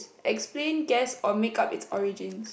explain guess or make up its origins